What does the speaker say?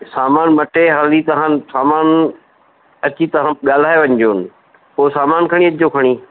सामानु मटे हाली तहां सामान अची तहां ॻाल्हाए वञ जोनि पोइ सामानु खणी अचिजो खणी